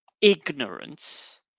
ignorance